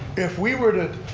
if we were to